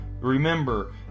remember